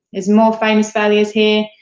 there's more famous failures here,